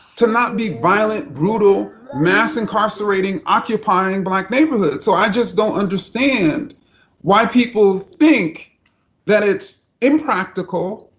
to not be violent, brutal, mass incarcerating, occupying black neighborhoods. so i just don't understand why people think that it's impractical,